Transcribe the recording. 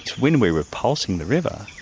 when we were pulsing the river,